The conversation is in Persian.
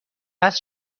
است